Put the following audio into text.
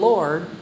Lord